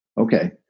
Okay